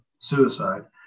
suicide